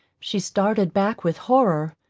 she started back with horror.